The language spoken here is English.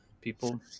people